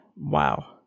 wow